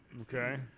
Okay